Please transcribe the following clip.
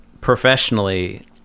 professionally